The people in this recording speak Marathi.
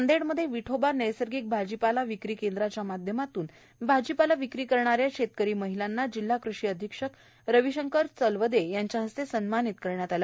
नांदेडमधे विठोबा नैसर्गिक भाजीपाला विक्री केंद्रातून भाजीपाला विक्री करणाऱ्या शेतकरी महिलांना जिल्हा कृषी अधीक्षक रविशंकर चलवदे यांच्या हस्ते सन्मानित करण्यात आलं